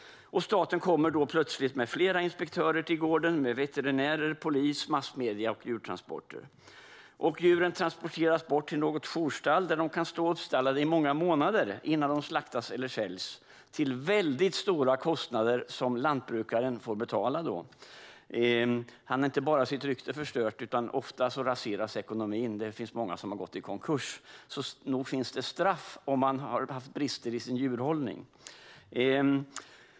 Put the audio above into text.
Staten kommer plötsligt till gården med flera inspektörer, veterinärer, polis, massmedier och djurtransporter. Djuren transporteras bort till något jourstall där de kan stå uppstallade i många månader innan de slaktas eller säljs. Detta innebär väldigt höga kostnader, som lantbrukaren får betala. Han eller hon får inte bara sitt rykte förstört, utan ofta raseras också ekonomin. Det finns många som har gått i konkurs. Så nog finns det straff om man har brister i sin djurhållning.